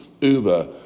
Uber